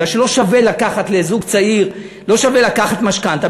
כי לזוג צעיר לא שווה לקחת משכנתה,